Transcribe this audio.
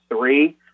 three